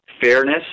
fairness